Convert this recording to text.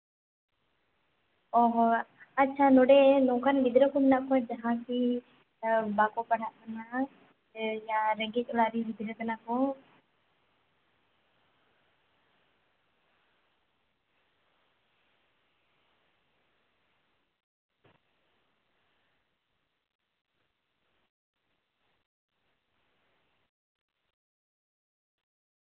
ᱚ ᱦᱚᱸ ᱟᱪᱪᱷᱟ ᱱᱚᱸᱰᱮ ᱱᱚᱝᱠᱟᱱ ᱜᱤᱫᱽᱨᱟᱹ ᱠᱚ ᱢᱮᱱᱟᱜ ᱠᱚᱣᱟ ᱡᱟᱦᱟᱸᱭ ᱠᱤ ᱵᱟᱠᱚ ᱯᱟᱲᱦᱟᱜ ᱠᱟᱱᱟ ᱥᱮ ᱡᱟᱦᱟᱸᱭ ᱨᱮᱸᱜᱮᱡ ᱚᱲᱟᱜ ᱨᱮᱱ ᱜᱤᱫᱽᱨᱟᱹ ᱠᱟᱱᱟ ᱠᱚ